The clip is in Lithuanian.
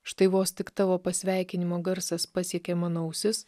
štai vos tik tavo pasveikinimo garsas pasiekė mano ausis